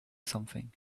something